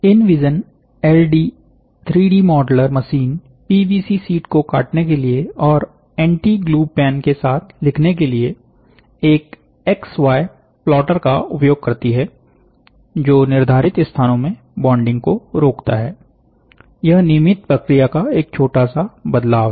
इनविजन LD 3डी modeller machine PVC sheet को काटने के लिए और एंटी ग्लू पेन के साथ लिखने के लिए एक x y प्लॉटर का उपयोग करती है जो निर्धारित स्थानों में बॉन्डिंग को रोकता है यह नियमित प्रक्रिया का एक छोटा सा बदलाव है